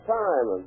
time